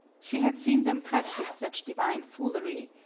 she had seen them practise such divine foolery,